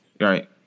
Right